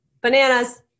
Bananas